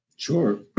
Sure